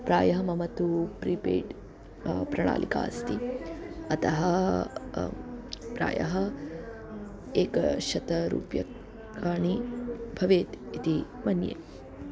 प्रायः मम तु प्रीपेय्ड् प्रणालिका अस्ति अतः प्रायः एकशतरूप्यकाणि भवेयुः इति मन्ये